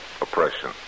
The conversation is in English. oppression